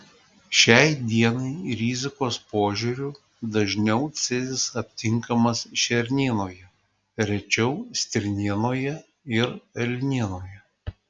šiai dienai rizikos požiūriu dažniau cezis aptinkamas šernienoje rečiau stirnienoje ir elnienoje